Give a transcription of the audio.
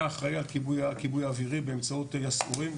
אחראי על כיבוי אווירי באמצעות יסעורים,